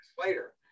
Later